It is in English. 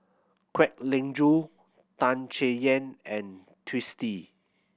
Kwek Leng Joo Tan Chay Yan and Twisstii